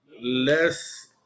less